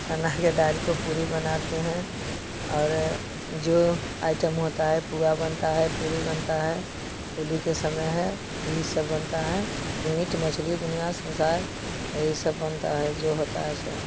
चने की दाल की पूड़ी बनाते हैं और जो आइटम होता है पूआ बनता है पूड़ी बनती है होली का समय है यही सब बनता है मीट मछली दुनिया संसार यही सब बनता है जो होता है सो